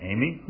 Amy